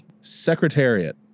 secretariat